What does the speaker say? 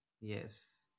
yes